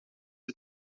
het